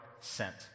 sent